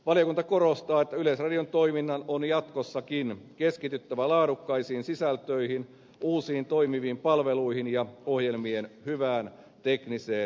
valiokunta korostaa että yleisradion toiminnan on jatkossakin keskityttävä laadukkaisiin sisältöihin uusiin toimiviin palveluihin ja ohjelmien hyvään tekniseen tavoittavuuteen